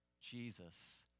Jesus